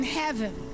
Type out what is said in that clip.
heaven